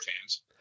fans